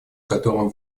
которым